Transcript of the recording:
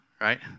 right